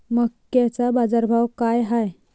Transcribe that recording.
मक्याचा बाजारभाव काय हाय?